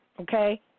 Okay